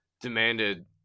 demanded